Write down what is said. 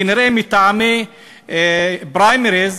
כנראה מטעמי פריימריז,